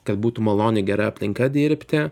kad būtų maloniai gera aplinka dirbti